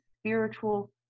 spiritual